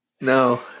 No